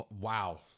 wow